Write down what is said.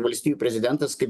valstijų prezidentas kaip